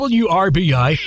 wrbi